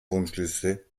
wunschliste